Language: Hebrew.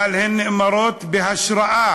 אבל הן נאמרות בהשראה,